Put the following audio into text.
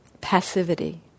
passivity